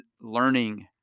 learning